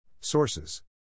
Sources